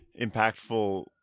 impactful